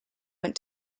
went